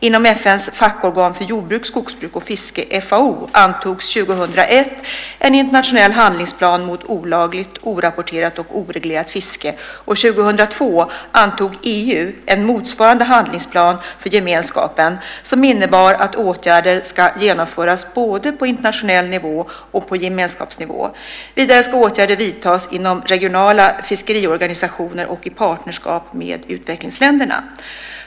Inom FN:s fackorgan för jordbruk, skogsbruk och fiske, FAO, antogs 2001 en internationell handlingsplan mot olagligt, orapporterat och oreglerat fiske, och 2002 antog EU en motsvarande handlingsplan för gemenskapen, som innebar att åtgärder ska genomföras både på internationell nivå och på gemenskapsnivå. Vidare ska åtgärder vidtas inom regionala fiskeriorganisationer och i partnerskap med utvecklingsländerna.